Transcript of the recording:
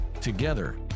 Together